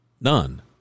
None